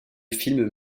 film